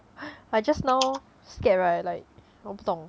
I just now scared right like 我不懂